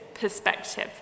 perspective